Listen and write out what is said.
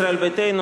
ישראל ביתנו,